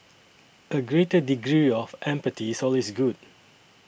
a greater degree of empathy is always good